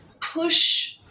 push